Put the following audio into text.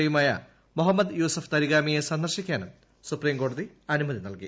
A യുമായ മുഹമ്മദ് യൂസഫ് തരിഗാമിയെ സന്ദർശിക്കാനും സുപ്രീംകോടതി അനുമതി നൽകി